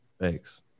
Thanks